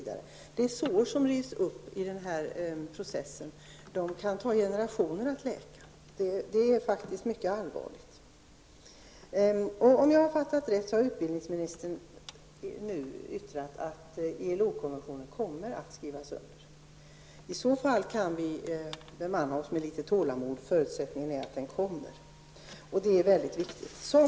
De sår som rivs upp i den här processen kan det ta generationer att läka, och detta är naturligtvis mycket allvarligt. Om jag fattade utbildningsministern rätt kommer ILO-konventionen nu att skrivas under. I så fall kan vi bemanna oss med litet tålamod; förutsättningen är bara att undertecknandet kommer att ske.